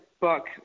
book